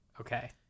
Okay